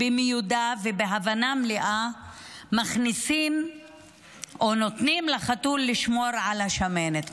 במודע ובהבנה מלאה נותנים לחתול לשמור על השמנת,